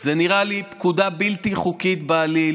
זה נראה לי פקודה בלתי חוקית בעליל.